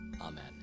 Amen